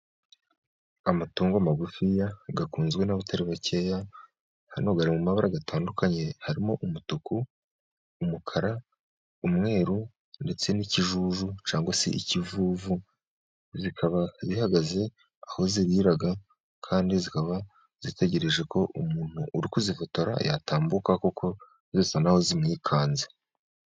Amatungo magufiya akunzwe n'abatari bakeya, hano ari mu mabara atandukanye, harimo umutuku, umukara, umweru ndetse n'ikijuju cyangwa se ikivuvu, zikaba zihagaze aho zirira kandi zikaba zitegereje ko umuntu uri kuzifotora, yatambuka kuko zisa n'aho zimwikanze.